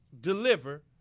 deliver